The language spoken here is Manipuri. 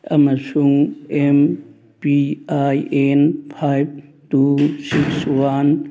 ꯑꯃꯁꯨꯡ M P I N five two six one